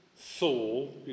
Saul